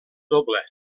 doble